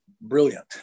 brilliant